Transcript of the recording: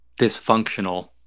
dysfunctional